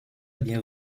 bien